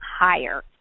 higher